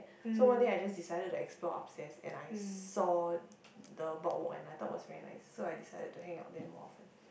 so one day I just decided to explore upstairs and I saw the boardwalk and I thought it was very nice so I decided to hang out there more often